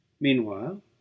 meanwhile